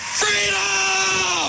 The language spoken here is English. freedom